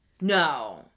No